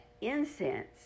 incense